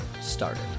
started